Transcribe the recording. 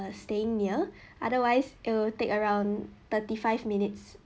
staying near otherwise it'll take around thirty five minutes